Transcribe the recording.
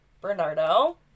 Bernardo